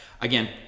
Again